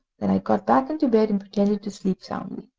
then i got back into bed, and pretended to sleep soundly.